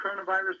coronavirus